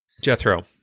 Jethro